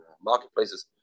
marketplaces